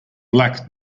black